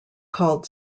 called